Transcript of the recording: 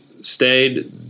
stayed